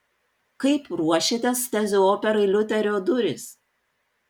kaip ruošiatės tezių operai liuterio durys